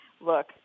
look